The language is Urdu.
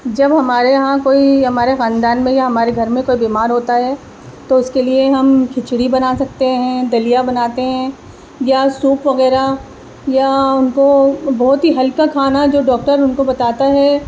جب ہمارے یہاں کوئی یا ہمارے خاندان میں یا ہمارے گھر میں کوئی بیمار ہوتا ہے تو اس کے لیے ہم کھچڑی بنا سکتے ہیں دلیا بناتے ہیں یا سوپ وغیرہ یا وہ بہت ہی ہلکا کھانا جو ڈاکٹر ان کو بتاتا ہے